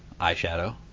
eyeshadow